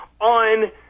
on